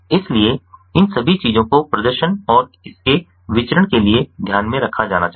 इसलिए इन सभी चीजों को प्रदर्शन और इसके विचरण के लिए ध्यान में रखा जाना चाहिए